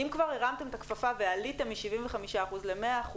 אם כבר הרמתם את הכפפה ועליתם מ-75% ל-100%,